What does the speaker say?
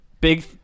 big